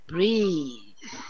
Breathe